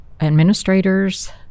administrators